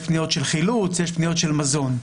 יש פניות של חילוץ ויש פניות של מזון.